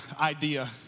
idea